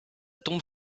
tombe